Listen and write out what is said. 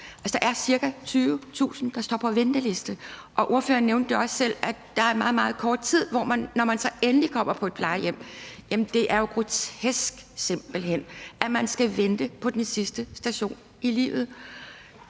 der er ca. 20.000, der står på venteliste, og – det nævnte ordføreren også selv – der er meget, meget kort tid, når man så endelig kommer på et plejehjem. Jamen det er jo simpelt hen grotesk, at man skal vente på den sidste station i livet.